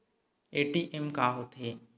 ATM का होथे?